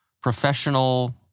professional